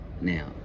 Now